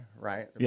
Right